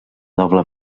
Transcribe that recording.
doble